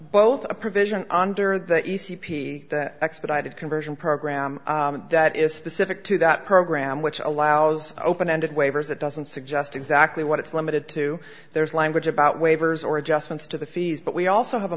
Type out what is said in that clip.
both a provision under the e c p a expedited conversion program that is specific to that program which allows open ended waivers that doesn't suggest exactly what it's limited to there's language about waivers or adjustments to the fees but we also have a